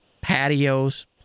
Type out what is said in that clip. patios